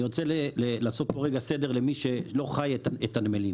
אני רוצה לעשות פה סדר למי שלא חי את הנמלים.